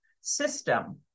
system